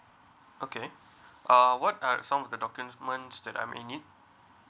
okay uh what are some of the document that I may need